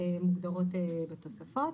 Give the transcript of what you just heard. מוגדרות בתוספות.